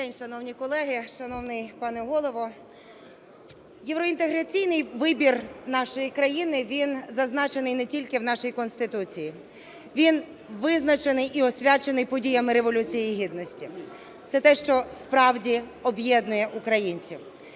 Добрий день, шановні колеги, шановний пане Голово! Євроінтеграційний вибір нашої країни, він зазначений не тільки в нашій Конституції, він визначений і освячений подіями Революції Гідності, це те, що справді об'єднує українців.